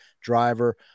driver